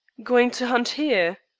going to hunt here?